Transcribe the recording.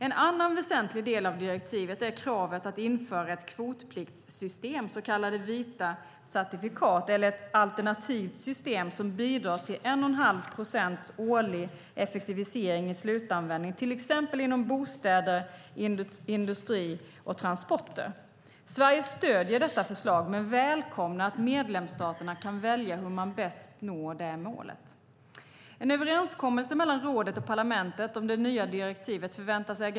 En annan väsentlig del av direktivet är kravet att införa ett kvotpliktssystem, så kallade vita certifikat, eller ett alternativt system som bidrar till 1 1⁄2 procents årlig effektivisering i slutanvändning, till exempel inom bostäder, industri och transporter. Sverige stöder detta förslag men välkomnar att medlemsstaterna kan välja hur man bäst når det målet.